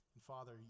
Father